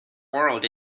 world